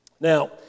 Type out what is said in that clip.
Now